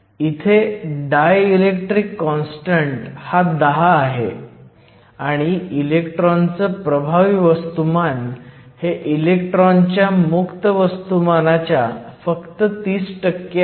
इथे dielectric constant हा 10 आहे आणि इलेक्ट्रॉनचं प्रभावी वस्तुमान हे इलेक्ट्रॉनच्या मुक्त वस्तुमानाच्या फक्त 30 आहे